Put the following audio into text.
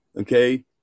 Okay